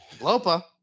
Lopa